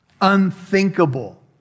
Unthinkable